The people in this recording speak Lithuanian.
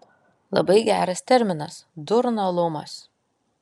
labai geras terminas durnalumas